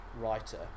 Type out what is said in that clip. writer